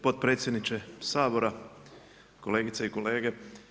Potpredsjedniče Sabora, kolegice i kolege.